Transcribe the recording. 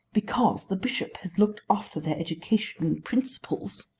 because the bishop has looked after their education and principles,